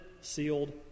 sealed